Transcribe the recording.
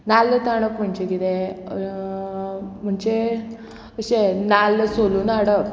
नाल्ल ताणप म्हणजे कितें म्हणचे अशें नाल्ल सोलून हाडप